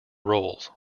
roles